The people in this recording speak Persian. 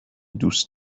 دوست